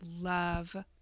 love